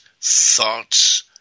thoughts